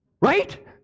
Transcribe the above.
Right